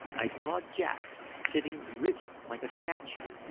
i saw jack sitting rigid like a statue,